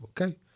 okay